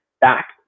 back